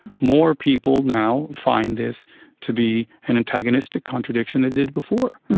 more people now find this to be an antagonistic contradiction than did before.